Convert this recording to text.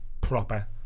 proper